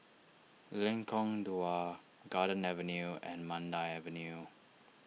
Lengkong Dua Garden Avenue and Mandai Avenue